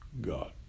God